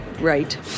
right